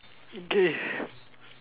okay